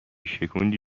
شکوندی